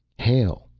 hail!